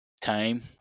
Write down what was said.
time